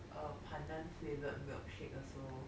err panda flavoured milk shake also